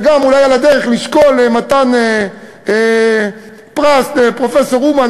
וגם אולי על הדרך לשקול מתן פרס לפרופסור אומן,